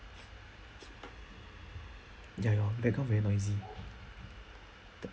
ya your background very noisy